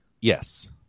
Yes